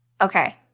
Okay